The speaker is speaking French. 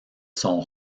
son